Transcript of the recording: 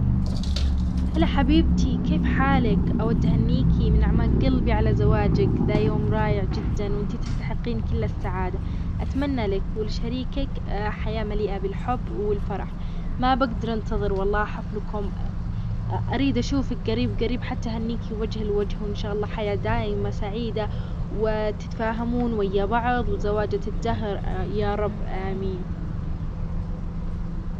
هلا حبيبتي، كيف حالك؟ أود أهنيكي من اعماق قلبي على زواجك ذا يوم رائع جدا، وأنت تستحقين كل السعادة، أتمنى لك ولشريكك حياة مليئة بالحب والفرح، ما بقدر أنتظر والله حفلكم، أريد أشوفك قريب- قريب حتى أهنيك وجه لوجه. وإن شاء الله حياة دائمة سعيدة و تتفاهمون ويا بعض وزواجة الدهر، يا رب آمين.